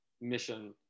mission